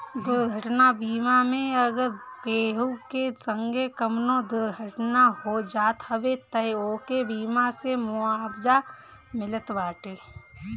दुर्घटना बीमा मे अगर केहू के संगे कवनो दुर्घटना हो जात हवे तअ ओके बीमा से मुआवजा मिलत बाटे